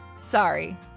Sorry